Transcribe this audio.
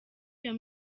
iyo